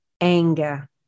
anger